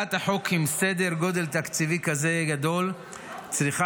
הצעת חוק בסדר גודל תקציבי כזה גדול צריכה